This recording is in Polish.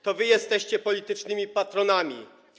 To wy jesteście politycznymi patronami.